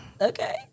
Okay